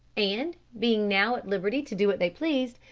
and being now at liberty to do what they pleased,